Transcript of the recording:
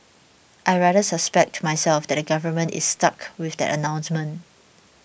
I rather suspect myself that the government is stuck with that announcement